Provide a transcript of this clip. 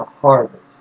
harvest